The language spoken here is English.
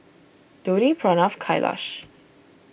Dhoni Pranav Kailash